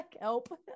help